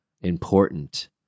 important